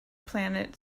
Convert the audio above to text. planet